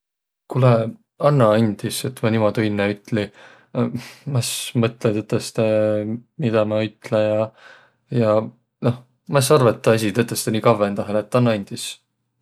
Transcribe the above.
Kuulõq, annaq andis, et ma niimuudu inne ütli! Hm, ma es mõtlõq tõtõstõ, midä ma ütle ja, ja noh, ma es mõtlõq tõtõstõ, et taa asi nii kavvõndahe lätt. Annaq andis!